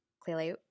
clearly